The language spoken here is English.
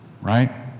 right